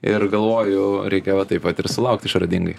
ir galvoju reikia va taip vat ir sulaukt išradingai